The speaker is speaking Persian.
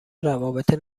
روابط